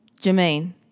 Jermaine